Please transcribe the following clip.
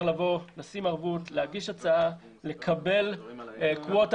אפשר לבוא, לשים ערבות, להגיש הצעה, לקבל קווטה.